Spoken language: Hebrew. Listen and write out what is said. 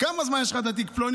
כמה זמן יש לך את תיק פלוני?